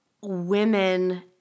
women